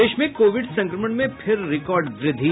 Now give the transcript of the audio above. प्रदेश में कोविड संक्रमण में फिर रिकॉर्ड वृद्धि